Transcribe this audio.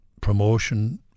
promotion